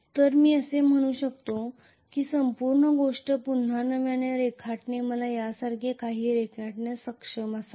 तर मी असे म्हणू शकतो की संपूर्ण गोष्ट पुन्हा नव्याने रेखाटणे मला यासारखे काही रेखाटण्यास सक्षम असावे